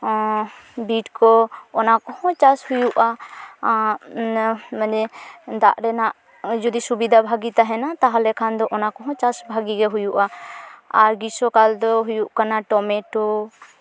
ᱵᱤᱴ ᱠᱚ ᱚᱱᱟ ᱠᱚᱦᱚᱸ ᱪᱟᱥ ᱦᱩᱭᱩᱜᱼᱟ ᱟᱜ ᱢᱟᱱᱮ ᱫᱟᱜ ᱨᱮᱱᱟᱜ ᱡᱩᱫᱤ ᱥᱩᱵᱤᱫᱷᱟ ᱵᱷᱟᱜᱮ ᱛᱟᱦᱮᱱᱟ ᱛᱟᱦᱚᱞᱮ ᱠᱷᱟᱱᱫᱚ ᱚᱱᱟ ᱠᱚᱦᱚᱸ ᱪᱟᱥ ᱵᱷᱟᱜᱮ ᱜᱮ ᱦᱩᱭᱩᱜᱼᱟ ᱟᱨ ᱜᱨᱤᱥᱚ ᱠᱟᱞᱫᱚ ᱦᱩᱭᱩᱜ ᱠᱟᱱᱟ ᱴᱚᱢᱮᱴᱳ